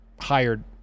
hired